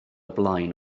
blaen